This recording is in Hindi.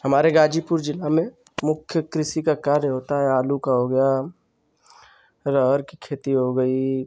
हमारे गाजीपुर ज़िला में मुख्य कृषि का कार्य होता है आलू का हो गया अरहर की खेती हो गई